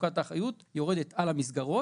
מחלוקת האחריות יורדת על המסגרות: